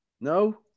No